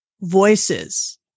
voices